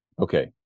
Okay